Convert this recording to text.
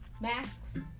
masks